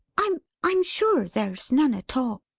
i'm i'm sure there's none at all.